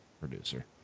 producer